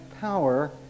power